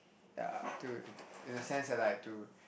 ya to in a sense that like to